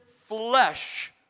flesh